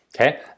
okay